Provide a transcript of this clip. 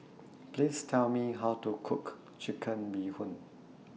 Please Tell Me How to Cook Chicken Bee Hoon